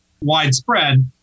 widespread